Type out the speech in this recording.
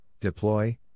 deploy